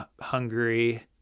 Hungary